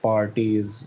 Parties